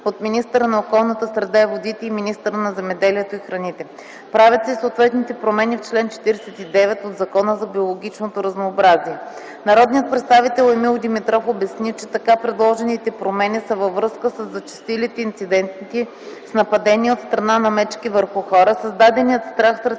от министъра на околната среда и водите и министъра на земеделието и храните. Правят се и съответните промени в чл. 49 от Закона за биологичното разнообразие. Народният представител Емил Димитров обясни, че така предложените промени са във връзка със зачестилите инциденти с нападения от страна на мечки върху хора, създаденият страх сред